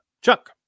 Chuck